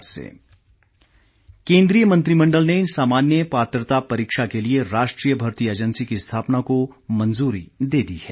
केंद्रीय मंत्रिमंडल केंद्रीय मंत्रिमंडल ने सामान्य् पात्रता परीक्षा के लिए राष्ट्रीय भर्ती एजेंसी की स्थापना को मंजूरी दे दी है